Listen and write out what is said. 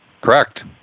Correct